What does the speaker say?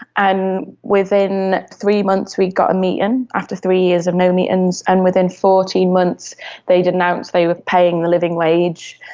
and within three months we got a meeting and after three years of no meetings. and within fourteen months they'd announced they were paying the living wage,